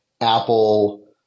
Apple